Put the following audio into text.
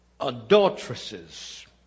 Adulteresses